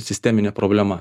sisteminė problema